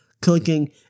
cooking